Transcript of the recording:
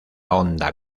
onda